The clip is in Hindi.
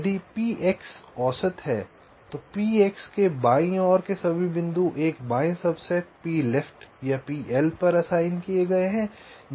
यदि P x औसत है तो Px के बाईं ओर के सभी बिंदु एक बाएं subset P left P L पर असाइन किए गए हैं